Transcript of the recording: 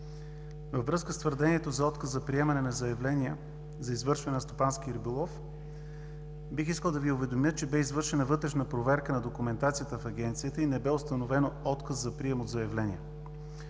Във връзка с твърдението за отказ за приемане на заявления за извършване на стопански риболов, бих искал да Ви уведомя, че бе извършена вътрешна проверка на документацията в Агенцията и не бе установено отказ за прием от заявления.